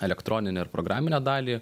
elektroninę ir programinę dalį